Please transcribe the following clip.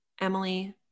Emily